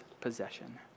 possession